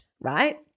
right